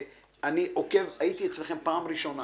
הייתי אצלכם לראשונה